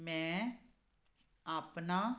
ਮੈਂ ਆਪਣਾ